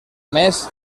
més